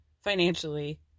financially